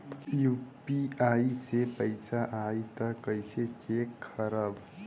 UPI से पैसा आई त कइसे चेक खरब?